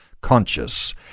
conscious